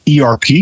ERP